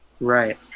Right